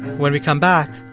when we come back,